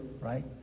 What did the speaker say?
right